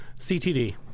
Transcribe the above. CTD